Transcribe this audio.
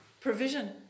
provision